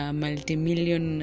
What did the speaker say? multi-million